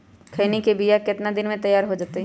खैनी के बिया कितना दिन मे तैयार हो जताइए?